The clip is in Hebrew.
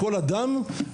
לכל אדם,